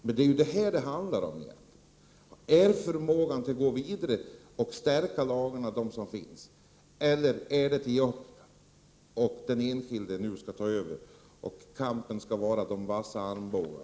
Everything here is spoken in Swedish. Det är detta det egentligen handlar om. Finns det en förmåga att gå vidare att stärka de befintliga lagarna, eller är det upp till den enskilde att ta över kampen och föra den med vassa armbågar?